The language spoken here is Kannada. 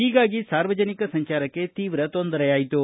ಹೀಗಾಗಿ ಸಾರ್ವಜನಿಕ ಸಂಚಾರಕ್ಕೆ ತೀವ್ರ ತೊಂದರೆಯಾಯಿತು